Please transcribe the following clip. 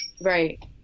right